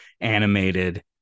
animated